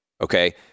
Okay